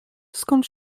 skąd